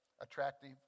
attractive